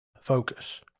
focus